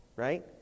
right